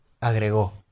agregó